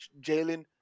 Jalen